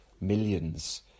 millions